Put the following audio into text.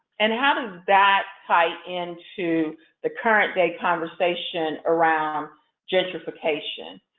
and how does that tie into the current day conversation around gentrification?